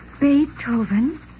Beethoven